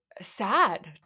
sad